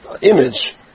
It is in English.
image